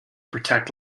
protect